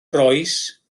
rois